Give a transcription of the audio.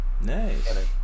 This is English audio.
Nice